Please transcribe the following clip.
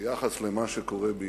ביחס למה שקורה באירן.